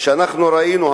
האחרונות שאנחנו ראינו,